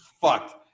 fucked